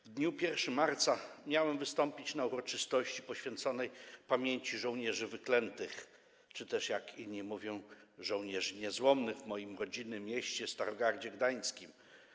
W dniu 1 marca miałem wystąpić na uroczystości poświęconej pamięci żołnierzy wyklętych, czy też jak inni mówią: żołnierzy niezłomnych, w moim rodzinnym mieście, Starogardzie Gdańskim.